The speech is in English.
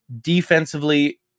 defensively